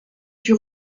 fut